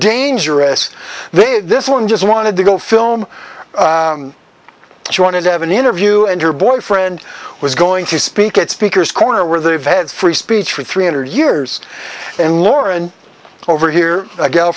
dangerous they this one just wanted to go film she wanted to have an interview and her boyfriend was going to speak at speaker's corner where they've had free speech for three hundred years and lauren over here a g